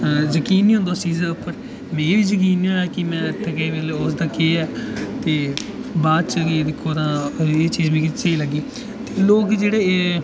जकीन निं होंदा उस चीजै पर ते मिगी बी जकीन निं होआ कि मेरे आस्तै ओह् केह् ऐ ते बाच दिक्खो तां एह् चीज मिगी स्हेई लग्गी लोग जेह्ड़े एह्